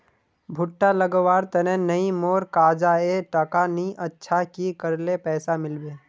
भुट्टा लगवार तने नई मोर काजाए टका नि अच्छा की करले पैसा मिलबे?